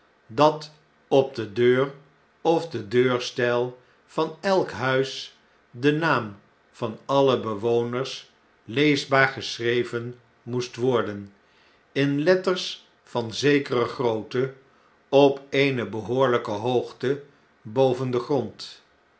dat op de deur of den deurstyi van elk huis de naam van alle bewoners leesin londen en parijs baar geschreven moest worden in letters van zekere grootte op eene behoorlijke hoogte boven den grond